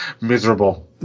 miserable